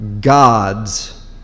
gods